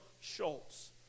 Schultz